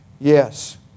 Yes